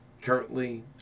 Currently